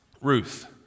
Ruth